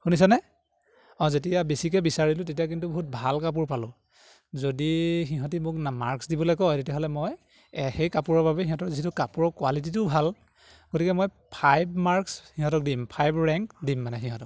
শুনিছা নে অঁ যেতিয়া বেছিকে বিচাৰিলোঁ তেতিয়া কিন্তু বহুত ভাল কাপোৰ পালোঁ যদি সিহঁতি মোক মাৰ্কছ দিবলে কয় তেতিয়াহ'লে মই সেই কাপোৰৰ বাবে সিহঁতৰ যিটো কাপোৰৰ কোৱালিটিটোও ভাল গতিকে মই ফাইভ মাৰ্কছ সিহঁতক দিম ফাইভ ৰেংক দিম মানে সিহঁতক